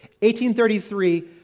1833